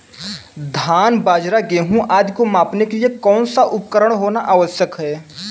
धान बाजरा गेहूँ आदि को मापने के लिए कौन सा उपकरण होना आवश्यक है?